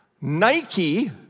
Nike